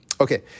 Okay